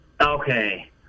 okay